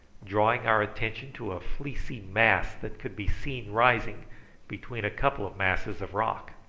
drawing our attention to a fleecy mass that could be seen rising between a couple of masses of rock.